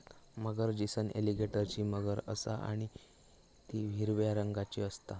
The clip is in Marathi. मगर जीनस एलीगेटरची मगर असा आणि ती हिरव्या रंगाची असता